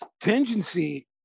contingency